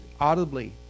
audibly